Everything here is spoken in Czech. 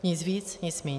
Nic víc, nic míň.